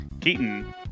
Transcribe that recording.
Keaton